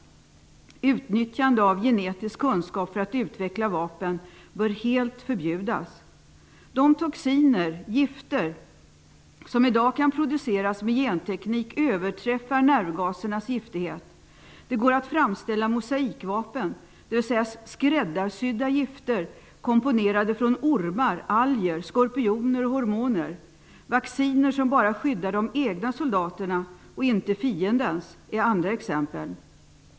Utnyttjande av genetisk kunskap för att utveckla vapen bör helt förbjudas. De toxiner, gifter, som i dag kan produceras med genteknik överträffar nervgaserna i giftighet. Det går att framställa mosaikvapen, dvs. skräddarsydda gifter, komponerade från ormar, alger, skorpioner och hormoner. Vacciner som bara skyddar de egna soldaterna och inte fiendens är andra exempel.